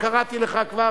קראתי לך כבר,